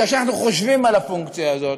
כאשר אנחנו חושבים על הפונקציה הזאת,